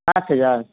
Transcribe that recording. पाँच हजार